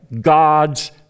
God's